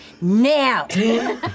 now